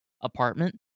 apartment